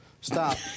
stop